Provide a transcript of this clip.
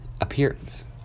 appearance